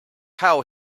how